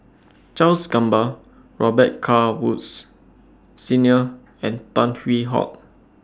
Charles Gamba Robet Carr Woods Senior and Tan Hwee Hock